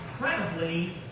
incredibly